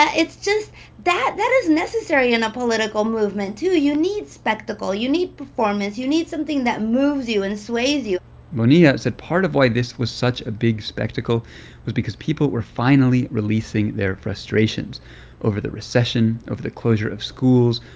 ah it's just that that is necessary in a political movement, too. you need spectacle. you need performance. you need something that moves you and sways you bonilla said part of why this was such a big spectacle was because people were finally releasing their frustrations over the recession, over the closure of schools,